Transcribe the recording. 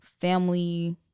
family